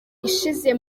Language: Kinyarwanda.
ishize